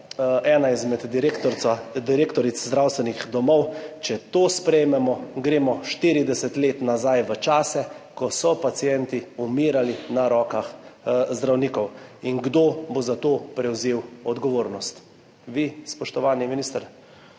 ena izmed direktoric zdravstvenih domov, če to sprejmemo, gremo 40 let nazaj v čase, ko so pacienti umirali na rokah zdravnikov. Kdo bo za to prevzel odgovornost? Vi, spoštovani minister?